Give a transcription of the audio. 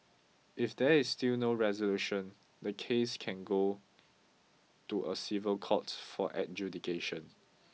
if there is still no resolution the case can go to a civil court for adjudication